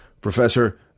Professor